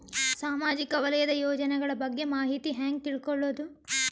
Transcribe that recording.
ಸಾಮಾಜಿಕ ವಲಯದ ಯೋಜನೆಗಳ ಬಗ್ಗೆ ಮಾಹಿತಿ ಹ್ಯಾಂಗ ತಿಳ್ಕೊಳ್ಳುದು?